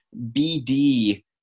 bd